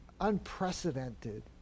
unprecedented